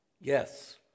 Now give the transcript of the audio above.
yes